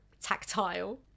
tactile